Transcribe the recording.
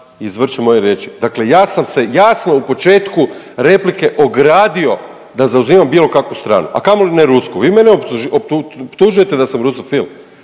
izvrće moje riječi. Dakle, ja sam se jasno u početku replike ogradio da zauzimam bilo kakvu stranu, a kamoli ne rusku. Vi mene optužujete da sam rusofil,